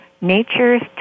Nature's